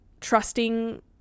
trusting